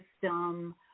system